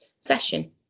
session